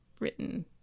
written